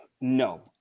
no